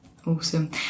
awesome